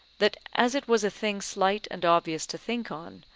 that as it was a thing slight and obvious to think on,